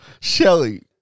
Shelly